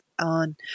on